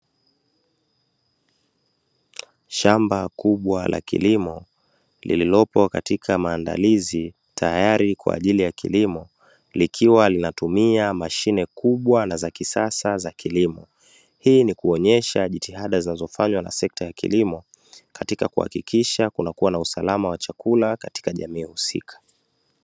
Shamba kubwa la kilimo lililopo katika maandalizi tayari kwa ajili ya kilimo, likiwa linatumia mashine kubwa na za kisasa za kilimo, hii ni kuonesha jitihada zinazofanywa na sekta ya kilimo, katika kuhakikisha kunakuwa na usalama wa chakula katika jamii husika.